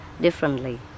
differently